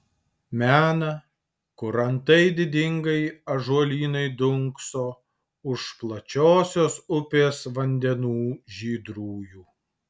mena kur antai didingai ąžuolynai dunkso už plačiosios upės vandenų žydrųjų